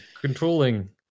controlling